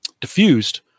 diffused